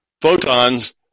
photons